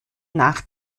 nach